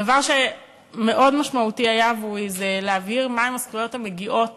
דבר שהיה מאוד משמעותי הוא להבהיר מה הן הזכויות המגיעות